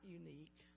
unique